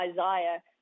Isaiah